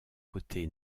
côté